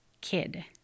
kid